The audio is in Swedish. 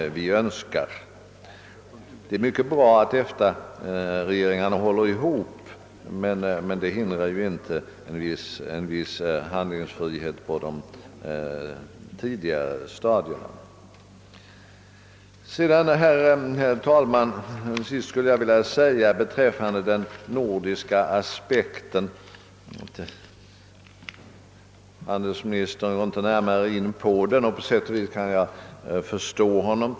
Det är mycket bra att EFTA-regeringarna håller ihop, men detta behöver inte hindra en viss handlingsfrihet på de tidigare stadierna. Till sist skulle jag, herr talman, vilja ta upp den nordiska aspekten. Handelsministern har inte närmare gått in på den och på sätt och vis kan jag förstå honom.